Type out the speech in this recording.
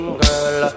girl